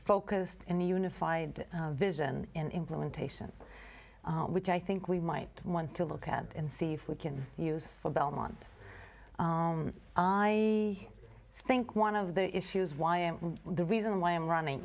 focused on the unified vision in implementation which i think we might want to look at and see if we can use for belmont i think one of the issues why and the reason why i'm running